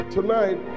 Tonight